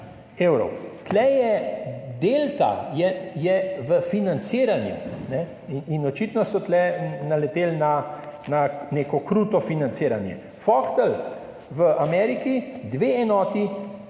Delta je v financiranju, in očitno so tu naleteli na neko kruto financiranje. Vogtle v Ameriki dve enoti,